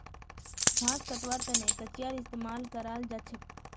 घास कटवार तने कचीयार इस्तेमाल कराल जाछेक